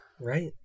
Right